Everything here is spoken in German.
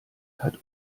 hat